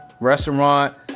restaurant